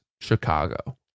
Chicago